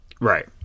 Right